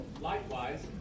Likewise